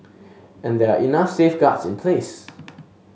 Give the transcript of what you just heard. and there are enough safeguards in place